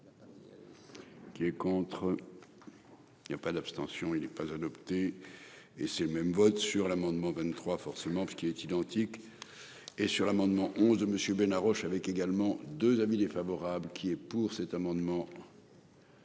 Qui est contre. Il y a pas d'abstention il est pas adopté. Et c'est même vote sur l'amendement 23 forcément parce il est identique. Et sur l'amendement 11 monsieur Bena Roche avec également 2 avis défavorable qui est pour cet amendement.